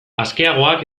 askeagoak